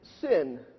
sin